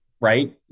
right